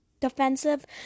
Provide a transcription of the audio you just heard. Defensive